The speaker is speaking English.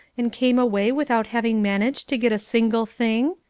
and came away without having managed to get a single thing?